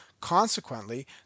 Consequently